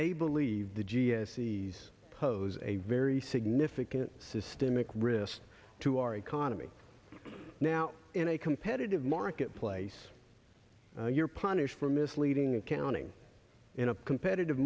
they believe the g s t pose a very significant systemic risk to our economy now in a competitive marketplace you're punished for misleading accounting in a competitive